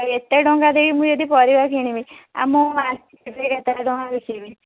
ମୁଁ ଏତେ ଟଙ୍କା ଦେଇକି ମୁଁ ଯଦି ପରିବା କିଣିବି ଆମ ମାର୍କେଟରେ କେତେ ଟଙ୍କା ବିକିବି